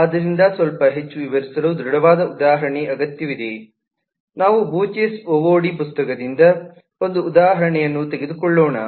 ಆದ್ದರಿಂದ ಸ್ವಲ್ಪ ಹೆಚ್ಚು ವಿವರಿಸಲು ದೃಢವಾದ ಉದಾಹರಣೆ ಅಗತ್ಯವಿದೆ ನಾವು ಬೂಚೆಸ್ ಒಒಡಿ ಪುಸ್ತಕದಿಂದ ಒಂದು ಉದಾಹರಣೆಯನ್ನು ತೆಗೆದುಕೊಳ್ಳೋಣ